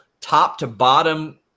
top-to-bottom